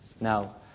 Now